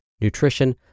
nutrition